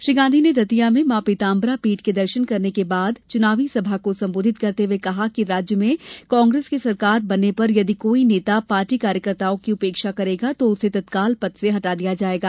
श्री गांधी ने दतिया में मां पीतांबरा पीठ के दर्शन करने के बाद चुनावी सभा को संबोधित करते हुए कहा कि राज्य में कांग्रेस की सरकार बनने पर यदि कोई नेता पार्टी कार्यकर्ताओं की उपेक्षा करेगा तो उसे तत्काल पद से हटा दिया जाएगा